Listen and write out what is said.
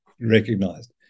recognized